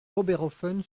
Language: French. oberhoffen